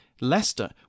Leicester